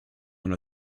dans